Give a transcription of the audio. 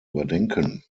überdenken